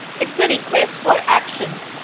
it's a request for action.